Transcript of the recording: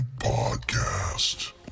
podcast